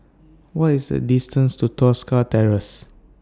What IS The distance to Tosca Terrace